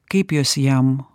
kaip jos jam